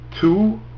two